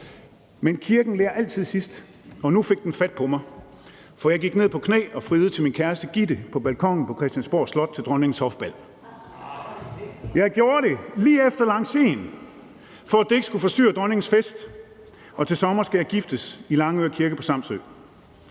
Men kirken ler altid sidst, og nu fik den fat på mig, for jeg gik ned på knæ og friede til min kæreste, Gitte, på balkonen på Christiansborg Slot til dronningens hofbal. Jeg gjorde det lige efter lancier'en, for at det ikke skulle forstyrre dronningens fest, og til sommer skal vi giftes i Langør Kirke på Samsø.